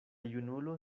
junulo